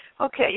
Okay